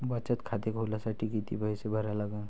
बचत खाते खोलासाठी किती पैसे भरा लागन?